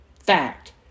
Fact